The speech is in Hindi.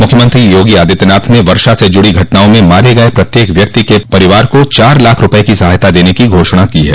मुख्यमंत्री योगी आदित्यनाथ ने वर्षा से जुड़ी घटनाओं में मारे गए प्रत्येक व्यक्ति के परिवार को चार लाख रूपये की सहायता देने की घोषणा की है